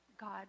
God